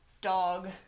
dog